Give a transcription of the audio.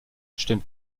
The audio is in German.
stimmt